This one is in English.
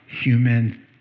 human